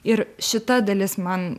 ir šita dalis man